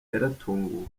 yaratunguwe